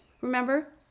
Remember